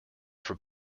for